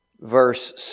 verse